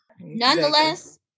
Nonetheless